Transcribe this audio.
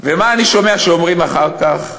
ומה אני שומע שאומרים אחר כך